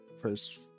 first